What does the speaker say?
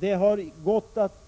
Det har gått att